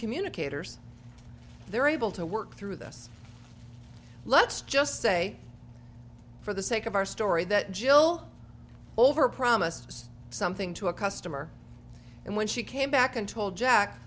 communicators they're able to work through this let's just say for the sake of our story that jill over promised something to a customer and when she came back and told jack